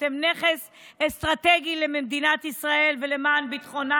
שאתם נכס אסטרטגי למדינת ישראל ולמען ביטחונה,